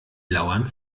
lauern